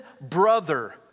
brother